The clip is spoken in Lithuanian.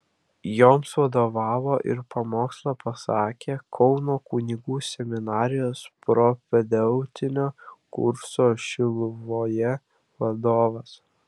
joms vadovavo ir pamokslą pasakė kauno kunigų seminarijos propedeutinio kurso šiluvoje vadovas